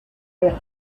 peyre